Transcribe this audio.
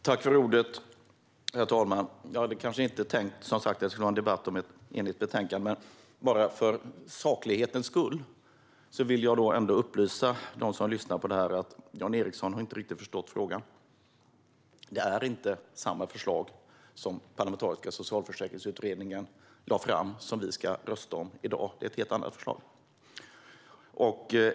Herr talman! Jag hade som sagt kanske inte tänkt ha en debatt om ett enigt betänkande, men för saklighetens vill jag ändå upplysa dem som lyssnar om att Jan Ericson inte riktigt har förstått frågan. Det förslag vi ska rösta om i dag är inte samma förslag som det som Parlamentariska socialförsäkringsutredningen lade fram. Det är ett helt annat förslag.